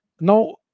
Now